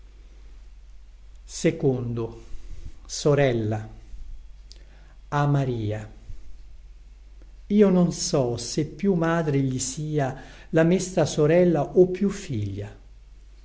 silenzio infinito a maria io non so se più madre gli sia la mesta sorella o più figlia